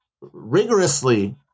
rigorously